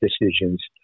decisions